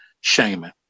shaming